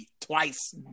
twice